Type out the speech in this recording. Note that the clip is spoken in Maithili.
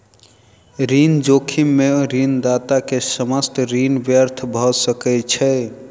ऋण जोखिम में ऋणदाता के समस्त ऋण व्यर्थ भ सकै छै